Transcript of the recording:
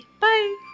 bye